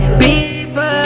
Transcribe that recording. people